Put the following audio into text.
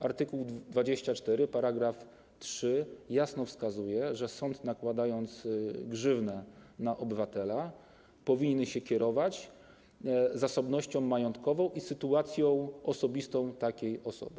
Art. 24 par. 3 jasno wskazuję, że sąd, nakładając grzywnę na obywatela, powinien się kierować zasobnością majątkową i sytuacją osobistą takiej osoby.